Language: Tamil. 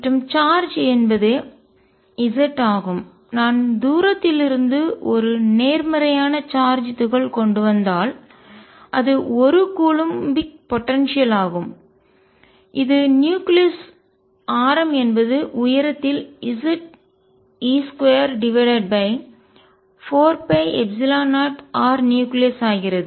மற்றும் சார்ஜ் என்பது Z ஆகும் நான் தூரத்திலிருந்து ஒரு நேர்மறையான சார்ஜ் துகள் கொண்டுவந்தால் அது ஒரு கூலம்பிக் போடன்சியல் ஆற்றலாகும் ஆகும் இது நியூக்ளியஸ் கரு ஆரம் என்பது உயரத்தில் Ze24π0Rnucleus ஆகிறது